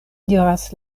diras